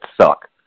suck